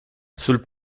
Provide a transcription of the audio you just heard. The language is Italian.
sul